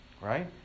right